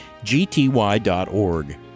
gty.org